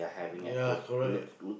ya correct ya